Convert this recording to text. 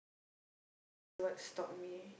so that is what stopped me